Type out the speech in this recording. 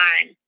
time